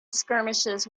skirmishes